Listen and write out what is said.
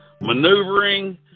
maneuvering